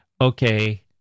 okay